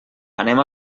anem